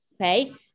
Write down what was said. Okay